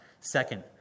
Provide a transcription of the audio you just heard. Second